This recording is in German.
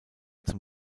zum